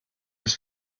ist